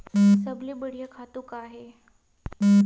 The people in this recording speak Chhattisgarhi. सबले बढ़िया खातु का हे?